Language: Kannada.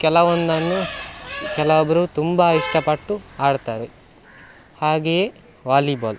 ಕೆಲವೊಂದನ್ನು ಕೆಲವೊಬ್ಬರು ತುಂಬ ಇಷ್ಟ ಪಟ್ಟು ಆಡ್ತಾರೆ ಹಾಗೆಯೇ ವಾಲಿಬಾಲ್